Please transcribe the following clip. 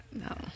no